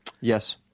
Yes